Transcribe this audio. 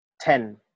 Ten